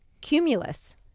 cumulus